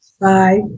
Bye